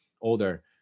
older